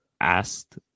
asked